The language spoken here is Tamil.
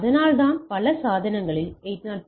அதனால்தான் பல சாதனங்களில் 802